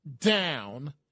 down